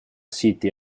siti